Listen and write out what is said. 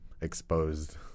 exposed